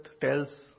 tells